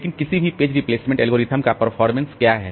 लेकिन किसी भी पेज रिप्लेसमेंट एल्गोरिथ्म का परफारमेंस क्या है